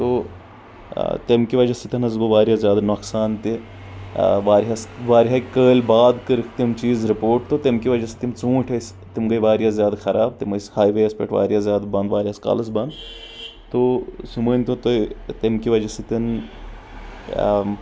تو تیٚمہِ کہِ وجہ سۭتۍ حظ گوٚو واریاہ زیادٕ نۄقصان تہِ واریاہس واریاہہِ کٲلۍ بعد کٔرِکھ تِم چیٖز رپورٹ تہٕ تیٚمہِ کہِ وجہ سۭتۍ تِم ژوٗنٛٹھۍ ٲسۍ تِم گٔے واریاہ زیادٕ خراب تِم ٲسۍ ہاے وے یس پٮ۪ٹھ واریاہ زیادٕ بند واریاہس کالس بند تو سُہ مٲنۍ تو تُہۍ تیٚمہِ کہِ وجہ سۭتۍ